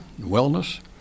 wellness